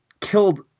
killed